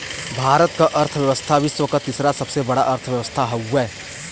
भारत क अर्थव्यवस्था विश्व क तीसरा सबसे बड़ा अर्थव्यवस्था हउवे